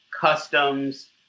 customs